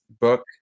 book